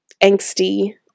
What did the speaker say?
angsty